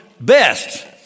best